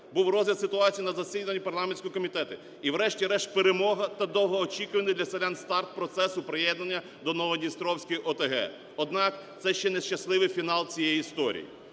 Був розгляд ситуації на засіданні парламентського комітету. І врешті-решт перемога та довгоочікуваний для селян старт процесу приєднання до Новодністровської ОТГ. Однак це ще не щасливий фінал цієї історії.